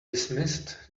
dismissed